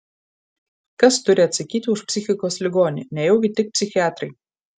kas turi atsakyti už psichikos ligonį nejaugi tik psichiatrai